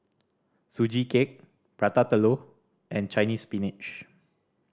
Sugee Cake Prata Telur and Chinese Spinach